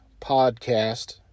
podcast